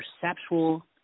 perceptual